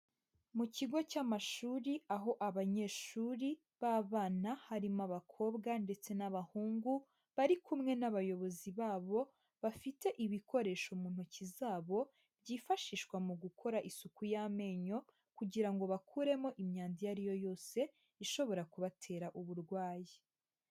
Mu kigo cy'amashuri; aho abanyeshuri b'abana harimo abakobwa ndetse n'abahungu bari kumwe n'abayobozi babo bafite ibikoresho mu ntoki zabo byifashishwa mu gukora isuku y'amenyo, kugira ngo bakuremo imyanda iyo ari yo yose ishobora kubatera uburwayi.